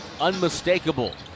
unmistakable